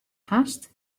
hast